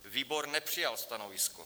Výbor nepřijal stanovisko.